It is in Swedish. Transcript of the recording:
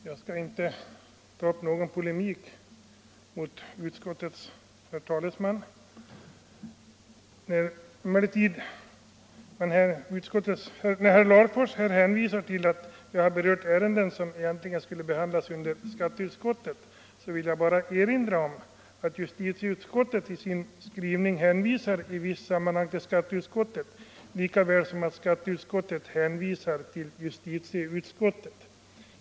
Herr talman! Jag skall inte gå i polemik mot utskottets talesman. När emellertid herr Larfors säger att jag har berört ärenden som egentligen hör till skatteutskottet, vill jag bara erinra om att justitieutskottet i sin skrivning i vissa sammanhang hänvisar till skatteutskottet likaväl som skatteutskottet hänvisar till justitieutskottet.